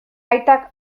aitak